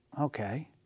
okay